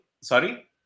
Sorry